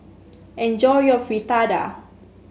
enjoy your Fritada